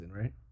right